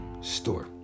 store